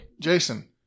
Jason